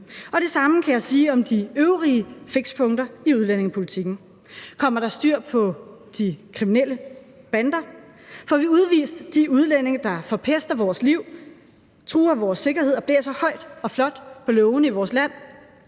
Det samme kan jeg sige om de øvrige fikspunkter i udlændingepolitikken. Kommer der styr på de kriminelle bander? Får vi udvist de udlændinge, der forpester vores liv, truer vores sikkerhed og blæser højt og flot på lovene i vores land?